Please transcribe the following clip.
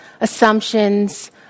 assumptions